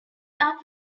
arm